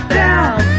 down